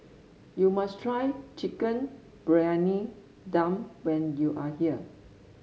you must try Chicken Briyani Dum when you are here